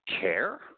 care